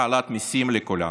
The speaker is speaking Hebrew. העלאת מיסים לכולנו.